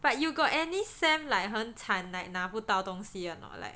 but you got any sem like 很惨 like 拿不到东西 or not